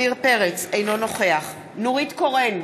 אינו נוכח נורית קורן,